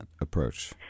approach